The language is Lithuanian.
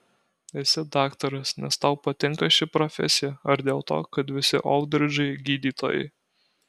esi daktaras nes tau patinka ši profesija ar dėl to kad visi oldridžai gydytojai